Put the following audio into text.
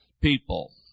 people